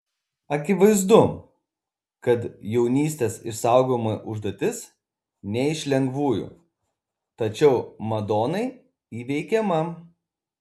akivaizdu kad jaunystės išsaugojimo užduotis ne iš lengvųjų tačiau madonai įveikiama